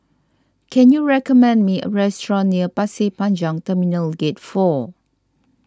can you recommend me a restaurant near Pasir Panjang Terminal Gate four